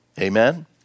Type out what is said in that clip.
Amen